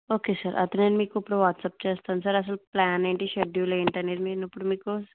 okay sir అయితే నేను మీకు ఇప్పుడు వాట్సప్ చేస్తాను సర్ అసలు ప్లాన్ ఏంటి షెడ్యూల్ ఏంటి అనేది నేను ఇప్పుడు మీకు